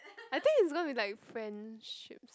I think is gonna be like friendships